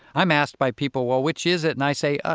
i'm asked by people, well, which is it? and i say, ah